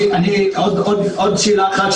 עוד שאלה אחת,